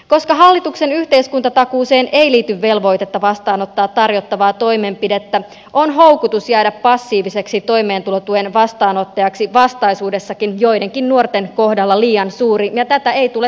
koska hallituksen yhteiskuntatakuuseen ei liity velvoitetta vastaanottaa tarjottavaa toimenpidettä on houkutus jäädä passiiviseksi toimeentulotuen vastaanottajaksi vastaisuudessakin joidenkin nuorten kohdalla liian suuri ja tätä ei tule sallia